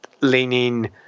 leaning